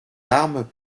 armes